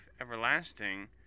everlasting